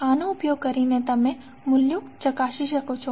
આનો ઉપયોગ કરીને તમે મૂલ્યો ચકાસી શકો છો